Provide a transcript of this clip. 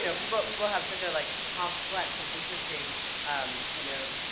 you know, people people have such a, like, complex and interesting um kind of,